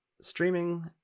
Streaming